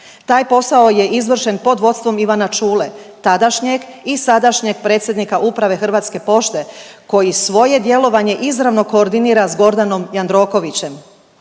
Taj posao je izvršen pod vodstvom Ivana Čule tadašnjeg i sadašnjeg predsjednika uprave Hrvatske pošte koji svoje djelovanje izravno koordinira sa Gordanom Jandrokovićem.